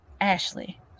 Ashley